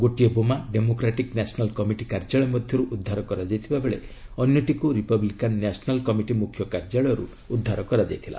ଗୋଟିଏ ବୋମା Democratic National Committee କାର୍ଯ୍ୟାଳୟ ମଧ୍ୟରୁ ଉଦ୍ଧାର କରାଯାଇଥିବା ବେଳେ ଅନ୍ୟଟିକୁ ରିପବ୍ଲିକାନ୍ ନ୍ୟାସନାଲ୍ କମିଟି ମୁଖ୍ୟ କାର୍ଯ୍ୟାଳୟରୁ ଉଦ୍ଧାର କରାଯାଇଥିଲା